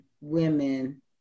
women